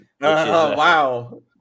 wow